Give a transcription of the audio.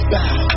Bow